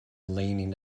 leaning